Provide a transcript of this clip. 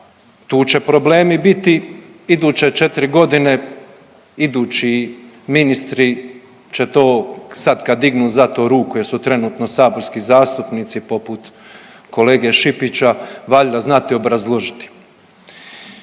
tu će problemi biti iduće 4 godine, idući ministri će to, sad kad dignu za to ruku jer su trenutno saborski zastupnici poput kolege Šipića, valjda znati obrazložiti.